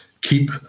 keep